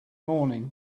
morning